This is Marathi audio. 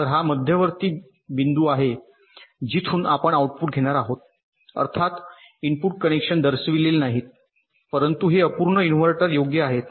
तर हा मध्यवर्ती बिंदू आहे जिथून आपण आउटपुट घेणार आहोत अर्थात इनपुट कनेक्शन दर्शविलेले नाहीत परंतु हे अपूर्ण इन्व्हर्टर योग्य आहेत